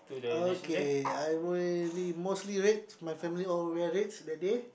okay I will mostly red my family all wear red that day